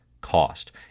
cost